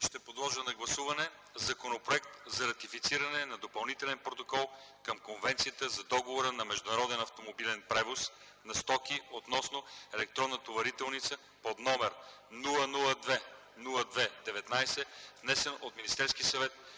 ще подложа на гласуване Законопроект за ратифициране на Допълнителен протокол към Конвенцията за Договора за международен автомобилен превоз на стоки относно електронната товарителница под № 002-02-19, внесен от Министерския съвет